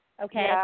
Okay